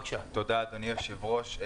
תודה, אדוני היושב-ראש.